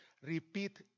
repeat